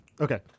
Okay